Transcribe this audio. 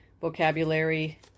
vocabulary